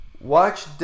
Watch